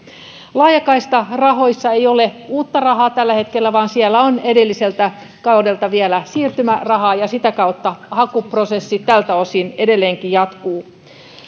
laajakaistarahoissa ei ole uutta rahaa tällä hetkellä vaan siellä on edelliseltä kaudelta vielä siirtymärahaa ja sitä kautta hakuprosessi tältä osin edelleenkin jatkuu